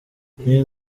niyo